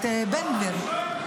את בן גביר.